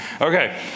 Okay